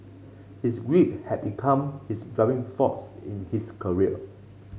his grief had become his driving force in his career